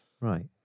Right